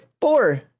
four